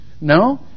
No